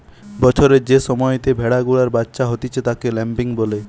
বছরের যে সময়তে ভেড়া গুলার বাচ্চা হতিছে তাকে ল্যাম্বিং বলে